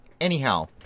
Anyhow